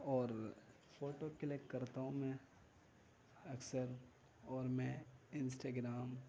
اور photo click کرتا ہوں میں اکثر اور میں انسٹاگرام